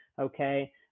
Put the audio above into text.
okay